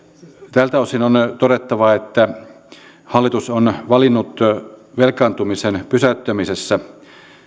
tältä osin on todettava että hallitus on valinnut velkaantumisen pysäyttämisessä